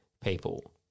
people